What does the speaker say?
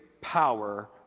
power